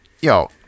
Yo